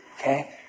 Okay